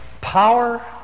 power